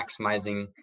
maximizing